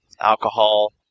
alcohol